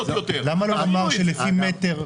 --- אמרתי לפי מטר,